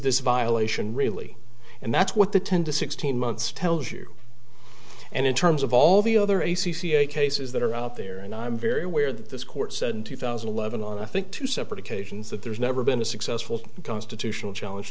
this violation really and that's what the tend to sixteen months tells you and in terms of all the other a c c cases that are out there and i'm very aware that this court said in two thousand and eleven on i think two separate occasions that there's never been a successful constitutional challenge